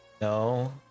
No